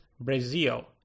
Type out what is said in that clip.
Brazil